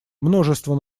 множество